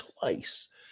twice